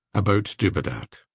about dubedat.